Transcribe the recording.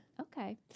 Okay